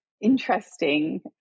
interesting